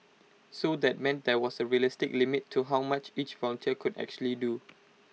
so that meant there was A realistic limit to how much each volunteer could actually do